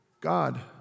God